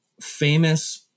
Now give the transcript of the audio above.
famous